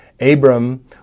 Abram